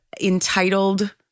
entitled